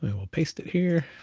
but we'll paste it here.